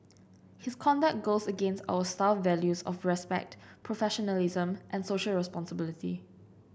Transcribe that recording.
his conduct goes against our staff values of respect professionalism and Social Responsibility